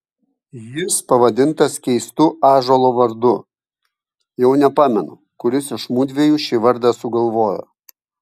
jis pavadintas keistu ąžuolo vardu jau nepamenu kuris iš mudviejų šį vardą sugalvojo